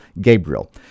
Gabriel